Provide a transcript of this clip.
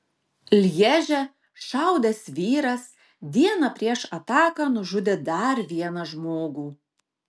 lježe šaudęs vyras dieną prieš ataką nužudė dar vieną žmogų